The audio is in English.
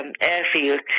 airfield